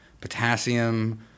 potassium